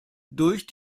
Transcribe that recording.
durch